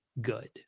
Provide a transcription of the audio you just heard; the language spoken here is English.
good